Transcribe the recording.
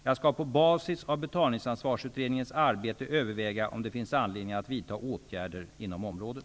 Jag skall på basis av Betalningsansvarsutredningens arbete överväga om det finns anledning att vidta åtgärder inom området.